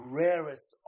rarest